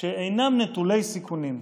שאינם נטולי סיכונים.